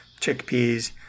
chickpeas